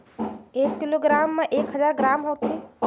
एक किलोग्राम म एक हजार ग्राम होथे